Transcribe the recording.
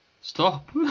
Stop